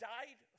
died